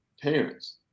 parents